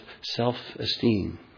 self-esteem